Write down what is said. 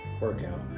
workout